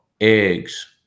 eggs